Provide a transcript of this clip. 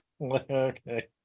Okay